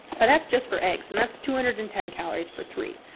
but that's just for eggs. and that's two hundred and ten calories for three.